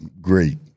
great